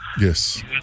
Yes